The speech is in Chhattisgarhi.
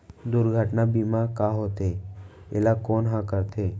दुर्घटना बीमा का होथे, एला कोन ह करथे?